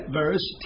verse